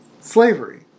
slavery